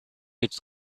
its